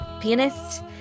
pianist